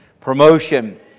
promotion